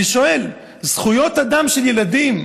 אני שואל: זכויות אדם של ילדים,